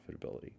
profitability